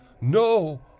No